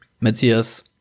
Matthias